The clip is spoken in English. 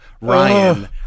Ryan